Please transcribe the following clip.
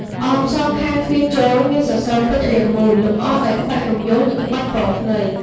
អមសងខាងទ្វារចូល មាន សសរពេជ្ររាងមូល លម្អដោយ ក្បាច់រំយោល និង ក្បាច់ពងត្រី។